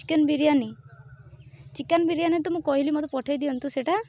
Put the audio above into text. chicken biryani chicken biryani ତ ମୁଁ କହିଲି ମୋତେ ପଠେଇ ଦିଅନ୍ତୁ ସେଇଟା